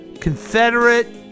Confederate